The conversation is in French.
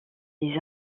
des